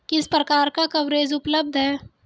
किस प्रकार का कवरेज उपलब्ध है?